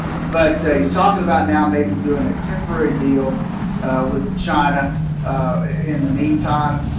but he's talking about now maybe doing a temporary deal with china in the meantime.